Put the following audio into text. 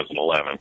2011